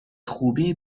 خوبی